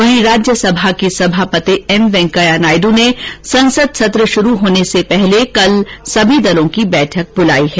वहीं राज्यसभा के सभापित एम वेंकैया नायडु ने कल संसद सत्र शुरू होने से पहले सभी दलों की बैठक बुलाई है